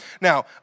now